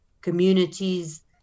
communities